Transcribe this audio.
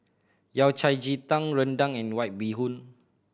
Yao Cai ji tang rendang and White Bee Hoon